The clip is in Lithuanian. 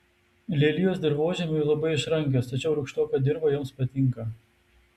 lelijos dirvožemiui labai išrankios tačiau rūgštoka dirva joms patinka